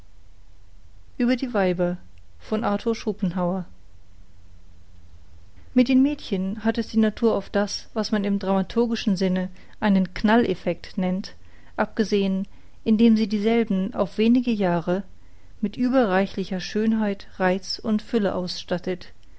arthur schopenhauer mit den mädchen hat es die natur auf das was man im dramaturgischen sinne einen knalleffekt nennt abgesehen indem sie dieselben auf wenige jahre mit überreichlicher schönheit reiz und fülle ausstattet